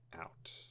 out